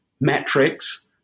metrics